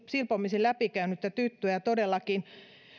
silpomisen läpikäynyttä tyttöä ja todellakin